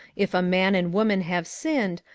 if a man and woman have sinned,